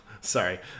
Sorry